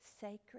sacred